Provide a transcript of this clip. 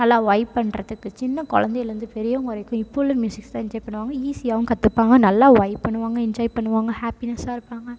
நல்லா வைப் பண்ணுறத்துக்கு சின்னக் குழந்தையில இருந்து பெரியவங்க வரைக்கும் இப்போ உள்ள மியூசிக்ஸ் தான் என்ஜாய் பண்ணுவாங்க ஈஸியாகவும் கற்றுப்பாங்க நல்லா வைப் பண்ணுவாங்க என்ஜாய் பண்ணுவாங்க ஹேப்பினெஸ்ஸாக இருப்பாங்க